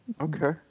Okay